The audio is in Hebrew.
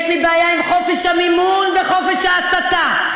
יש לי בעיה עם חופש המימון וחופש ההסתה,